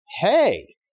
hey